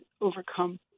overcome